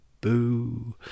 boo